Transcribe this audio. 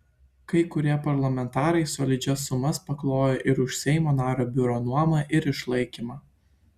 kai kurie parlamentarai solidžias sumas paklojo ir už seimo nario biurų nuomą ir išlaikymą